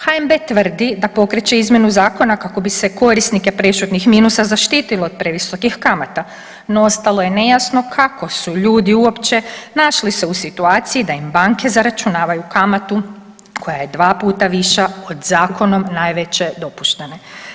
HNB tvrdi da pokreće izmjenu zakona kako bi se korisnike prešutnih minusa zaštitilo od previsokih kamata no ostalo je nejasno kako su ljudi uopće naši se u situaciji da im banke zaračunavaju kamatu koja je 2 puta više od zakonom najveće dopuštene.